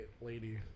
lady